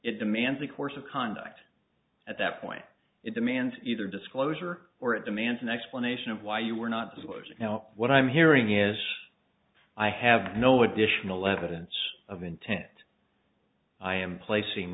it demands a course of conduct at that point it demands either disclosure or it demands an explanation of why you were not as well as you know what i'm hearing is i have no additional evidence of intent i am placing